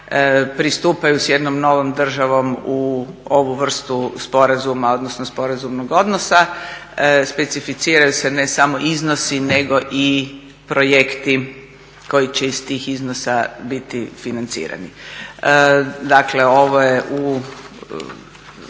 pristupaju s jednom novom državom u ovu vrstu sporazuma odnosno sporazumnog odnosa specificiraju se ne samo iznosi nego i projekti koji će iz tih iznosa biti financirani. Dakle, ovo je u